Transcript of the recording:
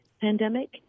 pandemic